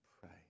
pray